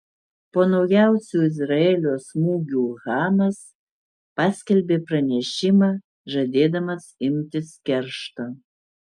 po naujausių izraelio smūgių hamas paskelbė pranešimą žadėdamas imtis keršto